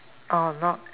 uh not